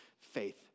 faith